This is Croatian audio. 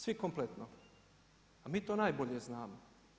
Svi kompletno, a mi to najbolje znamo.